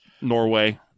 norway